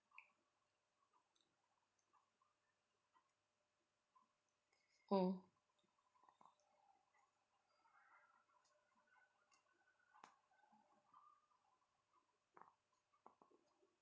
mm